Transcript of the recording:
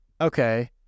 Okay